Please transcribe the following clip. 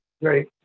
great